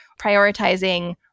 prioritizing